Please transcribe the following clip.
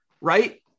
right